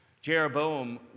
Jeroboam